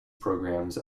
programs